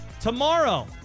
Tomorrow